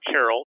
Carol